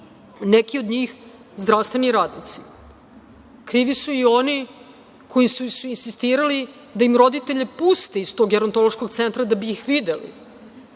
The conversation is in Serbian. neki od njih zdravstveni radnici. Krivi su i oni koji su insistirali da im roditelje puste iz tog gerontološkog centra da bi ih videli,